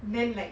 then like